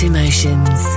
Emotions